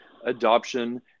adoption